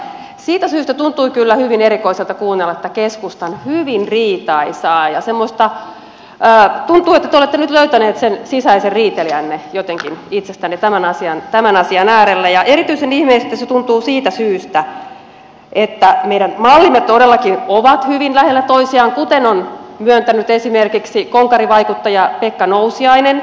siitä syystä tuntui kyllä hyvin erikoiselta kuunnella tätä keskustan hyvin riitaisaa ja semmoista tuntuu että te olette nyt löytäneet sen sisäisen riitelijänne jotenkin itsestänne tämän asian äärellä ja erityisen ihmeelliseltä se tuntuu siitä syystä että meidän mallimme todellakin ovat hyvin lähellä toisiaan kuten on myöntänyt esimerkiksi konkarivaikuttaja pekka nousiainen